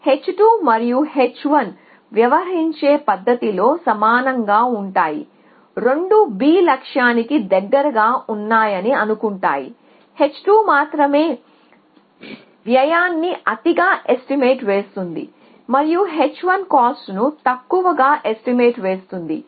h2 మరియు h1 వ్యవహరించే పద్ధతిలో సమానంగా ఉంటాయి రెండూ B లక్ష్యానికి దగ్గరగా ఉన్నాయని అనుకుంటాయి h2 మాత్రమే వ్యయాన్ని అతిగా ఎస్టిమేట్ వేస్తుంది మరియు h1 కాస్ట్ ను తక్కువగా ఎస్టిమేట్ వేస్తుంది